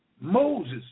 Moses